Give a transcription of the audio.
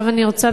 עכשיו אני רוצה,